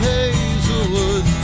Hazelwood